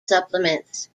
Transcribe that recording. supplements